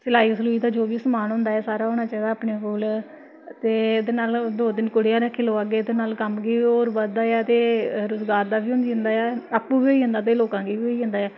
सलाई सलुई दा जो बी समान होंदा ऐ सारा होना चाहिदा अपने कोल ते ओह्दे नाल दो तिन कुड़ियां रक्खी लैओ अग्गें ओह्दे नाल कम्म गी होर बधदा ऐ ते रोजगार दा बी होई जंदा ऐ आपूं बी होई जंदा ते लोकां गी बी होई जंदा ऐ